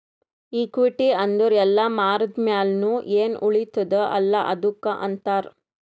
equity ಅಂದುರ್ ಎಲ್ಲಾ ಮಾರ್ದ ಮ್ಯಾಲ್ನು ಎನ್ ಉಳಿತ್ತುದ ಅಲ್ಲಾ ಅದ್ದುಕ್ ಅಂತಾರ್